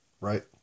Right